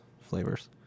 flavors